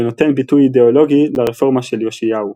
ונותן ביטוי אידאולוגי לרפורמה של יאשיהו.